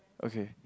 okay